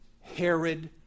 Herod